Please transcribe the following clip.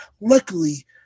Luckily